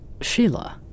Sheila